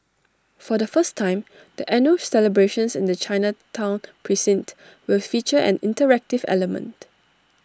for the first time the annual celebrations in the Chinatown precinct will feature an interactive element